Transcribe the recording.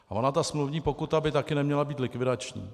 A ona ta smluvní pokuta by také neměla být likvidační.